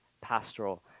pastoral